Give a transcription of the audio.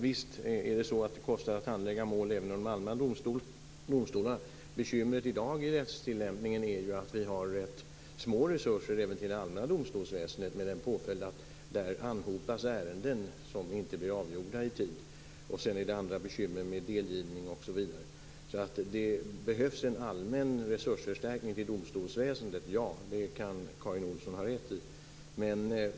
Fru talman! Visst kostar det att handlägga mål även inom allmänna domstolar. Bekymret i dag inom rättstillämpningen är ju att vi har rätt små resurser även till det allmänna domstolsväsendet, med den påföljden att ärenden där anhopas som inte blir avgjorda i tid. Sedan finns det andra bekymmer med delgivning osv. Det behövs alltså en allmän resursförstärkning till domstolsväsendet; det kan Karin Olsson ha rätt i.